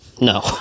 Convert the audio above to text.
No